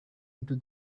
into